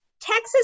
Texas